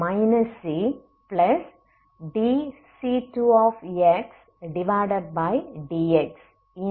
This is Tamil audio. ddt|t0dc2xctdxct